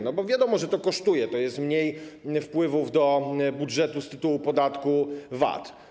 No, wiadomo, że to kosztuje, to jest mniej wpływów do budżetu z tytułu podatku VAT.